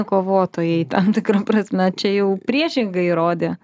kovotojai tam tikra prasme čia jau priešingai įrodė